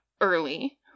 early